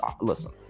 listen